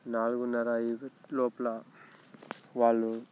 నాలుగున్నర అయ్యే లోపల వాళ్ళు